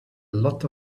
lot